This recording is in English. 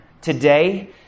today